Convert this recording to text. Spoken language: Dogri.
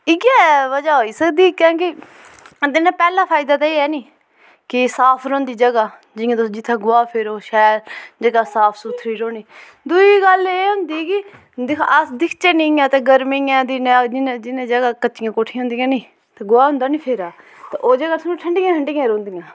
इ'यै बजह होई सकदी कैं कि एह्दे ने पैह्ला फायदा ते एह् ऐ नी कि साफ रौंह्दी जगह जियां जित्थै तुस गोहा फेरो शैल जगह साफ सुथरी रौह्नी दुई गल्ल एह् होंदी कि दिक्खां अस दिखचै नेईं इ'यां ते गर्मियें च दिनै जिनें जगह कच्चियां कोठियां होंदियां नी ते गोहा होंदा नी फेरा ओह् जगह थोह्ड़ी ठंडियां ठंडियां रौंह्दियां